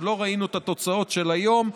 עוד לא ראינו את התוצאות של היום,